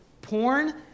porn